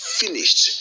finished